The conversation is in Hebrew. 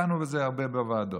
דנו בזה הרבה בוועדות.